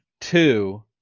two